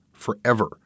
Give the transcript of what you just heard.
forever